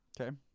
Okay